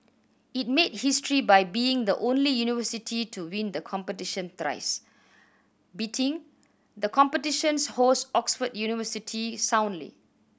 it made history by being the only university to win the competition thrice beating the competition's host Oxford University soundly